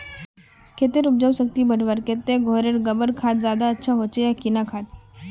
खेतेर उपजाऊ शक्ति बढ़वार केते घोरेर गबर खाद ज्यादा अच्छा होचे या किना खाद?